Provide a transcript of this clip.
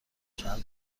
چند